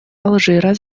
алжира